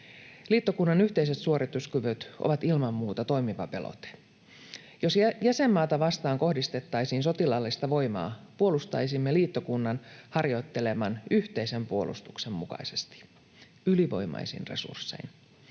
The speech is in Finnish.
Liittokunnan yhteiset suorituskyvyt ovat ilman muuta toimiva pelote. Jos jäsenmaata vastaan kohdistettaisiin sotilaallista voimaa, puolustaisimme liittokunnan harjoitteleman yhteisen puolustuksen mukaisesti, ylivoimaisin resurssein.